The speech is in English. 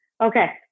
Okay